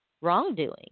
wrongdoing